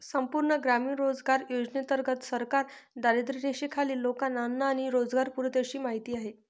संपूर्ण ग्रामीण रोजगार योजनेंतर्गत सरकार दारिद्र्यरेषेखालील लोकांना अन्न आणि रोजगार पुरवते अशी माहिती आहे